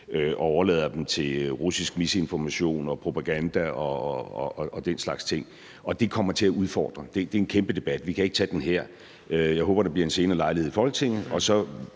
vi overlader dem til russisk misinformation og propaganda og den slags ting. Det kommer til at udfordre, det er en kæmpe debat. Vi kan ikke tage den her. Jeg håber, at der bliver en senere lejlighed i Folketinget.